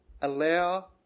allow